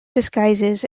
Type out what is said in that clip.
disguises